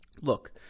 look